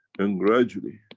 and gradually,